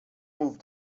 move